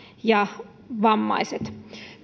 ja vammaiset